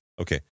okay